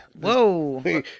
whoa